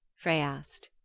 frey asked.